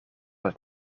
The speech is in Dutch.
het